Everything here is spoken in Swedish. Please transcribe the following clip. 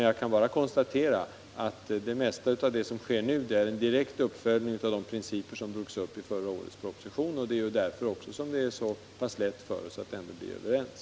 Jag kan bara konstatera att det mesta av det som nu sker är en direkt uppföljning av de principer som drogs upp i förra årets proposition. Det är också därför som det är så lätt för oss att bli överens.